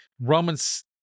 Romans